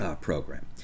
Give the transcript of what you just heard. program